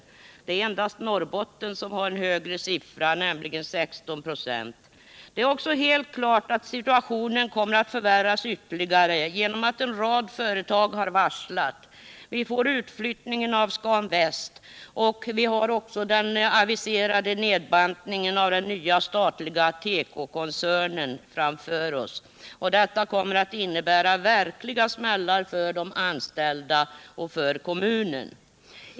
Det är endast Norrbotten som har en högre siffra, nämligen 16 96. Det är också helt klart att situationen kommer att förvärras ytterligare genom att en rad företag har varslat. Vi har utflyttningen av Scan Väst och den aviserade nedbantningen av den nya statliga tekokoncernen framför oss. Detta kommer att innebära verkliga smällar för de anställda och för kommunen.